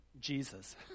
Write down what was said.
Jesus